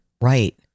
Right